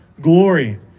glory